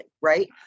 right